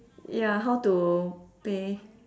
ya how to pay